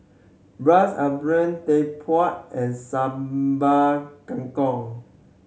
braised and Sambal Kangkong